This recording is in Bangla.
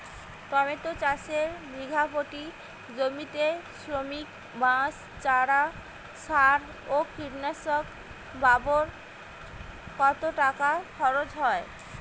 টমেটো চাষে বিঘা প্রতি জমিতে শ্রমিক, বাঁশ, চারা, সার ও কীটনাশক বাবদ কত টাকা খরচ হয়?